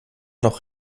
noch